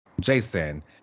Jason